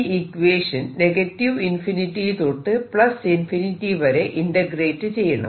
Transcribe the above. ഈ ഇക്വേഷൻ ∞ തൊട്ട് ∞ വരെ ഇന്റഗ്രേറ്റ് ചെയ്യണം